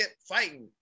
fighting